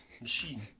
machine